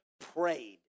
prayed